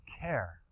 care